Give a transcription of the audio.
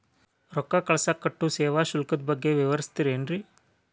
ರೊಕ್ಕ ಕಳಸಾಕ್ ಕಟ್ಟೋ ಸೇವಾ ಶುಲ್ಕದ ಬಗ್ಗೆ ವಿವರಿಸ್ತಿರೇನ್ರಿ?